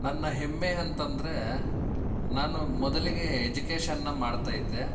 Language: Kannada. ನನ್ನ ಹೆಮ್ಮೆ ಅಂತಂದ್ರೇ ನಾನು ಮೊದಲಿಗೆ ಎಜುಕೇಶನ್ನ ಮಾಡ್ತಾಯಿದ್ದೆ